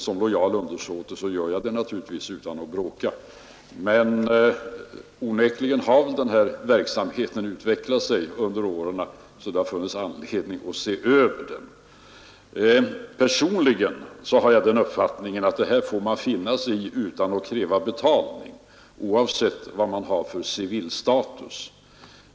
Som lojal undersåte gör jag det naturligtvis utan att bråka, men onekligen har denna verksamhet under åren utvecklats så att det funnits anledning att se över den. Personligen har jag den uppfattningen att detta får man finna sig i utan att kräva betalning, oavsett vilken civil status man har.